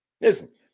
Listen